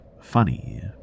funny